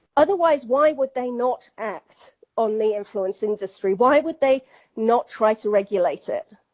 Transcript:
otherwise, why would they not act on the influence industry? why would they not try to regulate it?